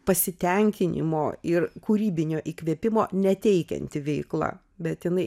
pasitenkinimo ir kūrybinio įkvėpimo neteikianti veikla bet jinai